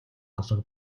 алга